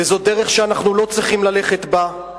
וזו דרך שאנחנו לא צריכים ללכת בה.